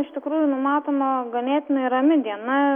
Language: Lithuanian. iš tikrųjų numatoma ganėtinai rami diena